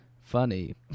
funny